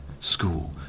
school